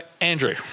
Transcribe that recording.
Andrew